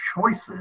choices